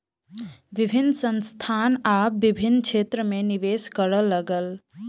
विभिन्न संस्थान आब विभिन्न क्षेत्र में निवेश करअ लागल